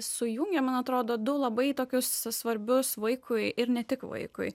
sujungia man atrodo du labai tokius svarbius vaikui ir ne tik vaikui